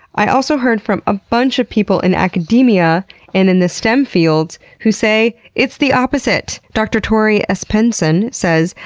i also heard from a bunch of people in academia and in the stem fields who say, it's the opposite! dr. tori espensen says,